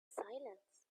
silence